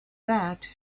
that